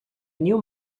new